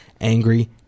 Angry